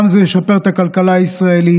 זה גם ישפר את הכלכלה הישראלית,